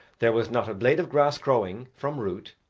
there was not a blade of grass growing from root,